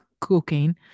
cocaine